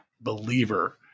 believer